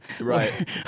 Right